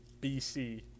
BC